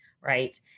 right